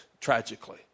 tragically